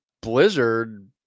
blizzard